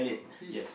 he